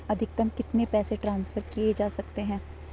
अधिकतम कितने पैसे ट्रांसफर किये जा सकते हैं?